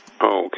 Okay